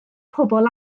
pobl